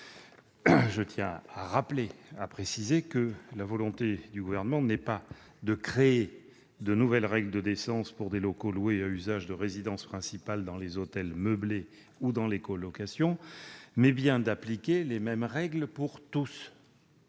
bien clair, que la volonté du Gouvernement est non pas de créer de nouvelles règles de décence pour des locaux loués à usage de résidence principale dans les hôtels meublés ou dans les colocations, mais bien d'appliquer les mêmes règles pour tous.